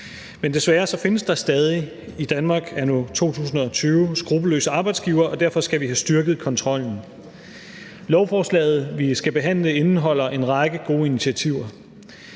men desværre findes der stadig i Danmark anno 2020 skruppelløse arbejdsgivere, og derfor skal vi have styrket kontrollen. Lovforslaget, vi skal behandle, indeholder en række gode initiativer.